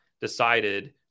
decided